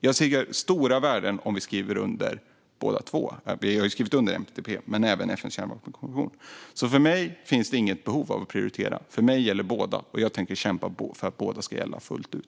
Jag ser stora värden i att vi skriver under båda två. Vi har skrivit under NPT. Jag tycker att vi även ska skriva under FN:s kärnvapenkonvention. Det finns inte något behov av att prioritera. Jag tycker att båda gäller. Jag tänker kämpa för att båda ska gälla fullt ut.